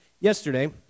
Yesterday